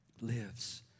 lives